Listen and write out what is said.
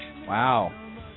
Wow